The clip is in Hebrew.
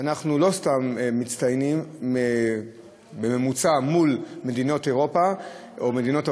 שאנחנו לא סתם מצטיינים בממוצע מול מדינות אירופה או מדינות ה-OECD,